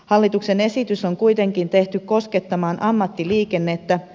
hallituksen esitys on kuitenkin tehty koskettamaan ammattiliikennettä